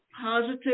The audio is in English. positive